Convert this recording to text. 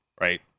right